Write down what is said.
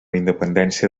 independència